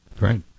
Right